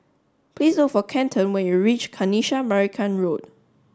please look for Kenton when you reach Kanisha Marican Road